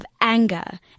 anger